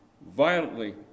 violently